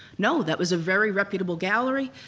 no, that was a very reputable gallery,